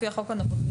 לפי החוק הנוכחי,